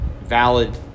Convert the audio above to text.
valid